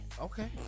Okay